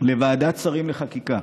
לוועדת שרים לחקיקה,